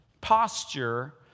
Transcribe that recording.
posture